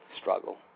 struggle